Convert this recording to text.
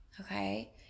Okay